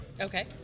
Okay